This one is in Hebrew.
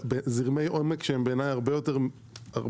על זרמי עומק שהם בעיניי הרבה יותר משמעותיים